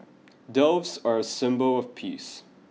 doves are a symbol of peace